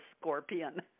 scorpion